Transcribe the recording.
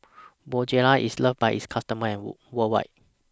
Bonjela IS loved By its customers and worldwide